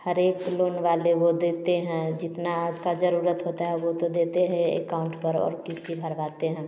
हरे एक लोन वाले वो देते हैं जितना आज का जरूरत हाता है वो तो देते है एकाउंट पर और किस्त भी भरवाते हैं